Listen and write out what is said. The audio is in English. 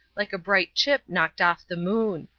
like a bright chip knocked off the moon.